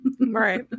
Right